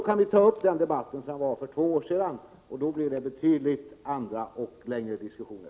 Då kan vi ta upp den debatt vi hade för två år sedan, och så blir det andra och betydligt längre diskussioner.